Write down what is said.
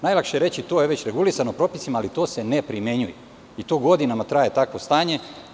Najlakše je reći – to je već regulisano propisima, ali to se ne primenjuje i godinama traje takvo stanje.